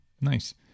Nice